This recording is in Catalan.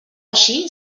així